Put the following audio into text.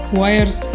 wires